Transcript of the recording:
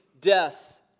death